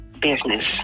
business